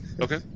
Okay